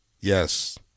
yes